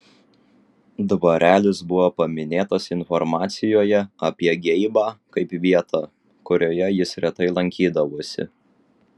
dvarelis buvo paminėtas informacijoje apie geibą kaip vieta kurioje jis retai lankydavosi